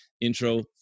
intro